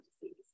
disease